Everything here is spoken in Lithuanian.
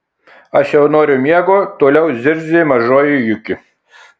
aš jau noriu miego toliau zirzė mažoji juki